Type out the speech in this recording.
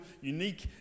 unique